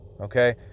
okay